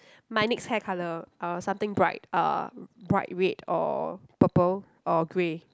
my next hair colour uh something bright uh bright red or purple or grey